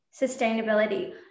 sustainability